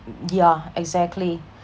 y~ yeah exactly